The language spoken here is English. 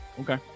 Okay